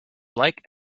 like